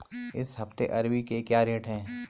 इस हफ्ते अरबी के क्या रेट हैं?